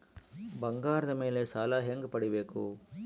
ಬಂಗಾರದ ಮೇಲೆ ಸಾಲ ಹೆಂಗ ಪಡಿಬೇಕು?